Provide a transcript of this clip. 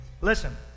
Listen